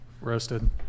roasted